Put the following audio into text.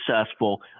successful